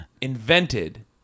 invented